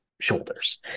shoulders